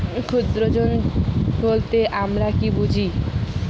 ক্ষুদ্র ঋণ বলতে আমরা কি বুঝি?